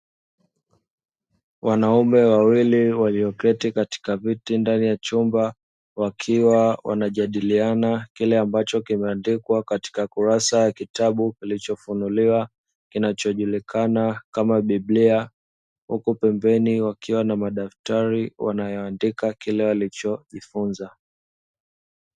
Wanaume wawili walioketi katika viti ndani ya chumba, wakiwa wanajadiliana kile ambacho kimeandikwa katika kurasa za kitabu kilicho funuliwa kinacho julikana kama Biblia, huku pembeni wakiwa na madaftari wanayoandika kile walichojifunza.